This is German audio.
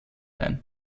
ein